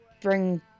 bring